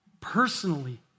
personally